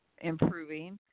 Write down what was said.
improving